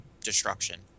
destruction